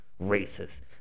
Racist